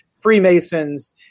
Freemasons